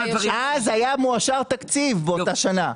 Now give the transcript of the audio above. אז היה מאושר תקציב באותה שנה.